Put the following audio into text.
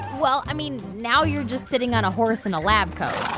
well, i mean, now you're just sitting on a horse in a lab coat.